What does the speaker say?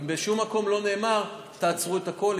ובשום מקום לא נאמר: תעצרו את הכול,